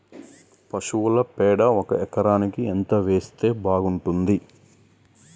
పశువుల పేడ ఒక ఎకరానికి ఎంత వేస్తే బాగుంటది?